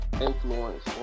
influence